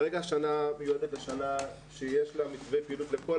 השנה מיועדת לשנה שיש לה מתווה פעילות לכל